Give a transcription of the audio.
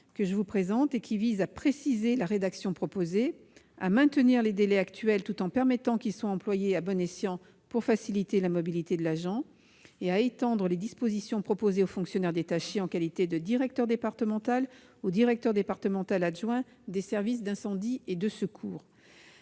mes chers collègues, visant à préciser la rédaction proposée, à maintenir les délais actuels tout en permettant qu'ils soient employés à bon escient pour faciliter la mobilité de l'agent et à étendre les dispositions proposées aux fonctionnaires détachés en qualité de directeur départemental ou directeur départemental adjoint des services d'incendie et de secours.